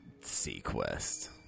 Sequest